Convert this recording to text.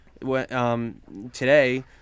Today